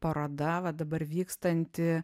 paroda va dabar vykstanti